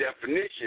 definition